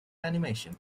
animation